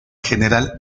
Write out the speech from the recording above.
general